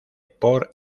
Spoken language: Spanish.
por